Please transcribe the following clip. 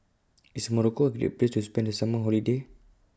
IS Morocco A Great Place to spend The Summer Holiday